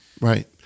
Right